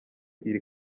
iri